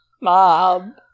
Mom